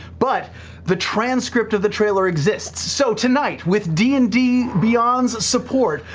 but the transcript of the trailer exists. so tonight with d and d beyond's support,